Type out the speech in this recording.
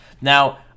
now